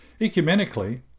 Ecumenically